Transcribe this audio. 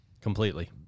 completely